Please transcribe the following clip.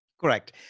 Correct